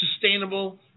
sustainable